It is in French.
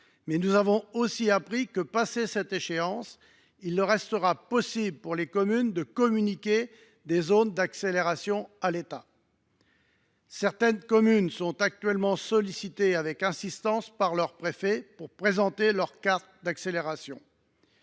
Mais nous avons aussi appris que, passé cette échéance, il restera possible pour les communes de communiquer des zones d’accélération à l’État. Certaines sont actuellement sollicitées avec insistance par leur préfet pour présenter leur carte d’accélération.